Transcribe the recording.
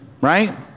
right